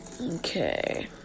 Okay